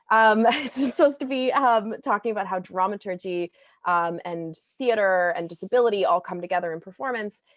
i'm supposed to be um talking about how dramaturgy and theater and disability all come together in performance,